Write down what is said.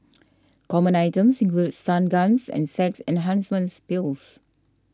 common items included stun guns and sex enhancements pills